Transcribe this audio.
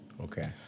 Okay